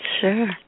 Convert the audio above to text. sure